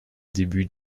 début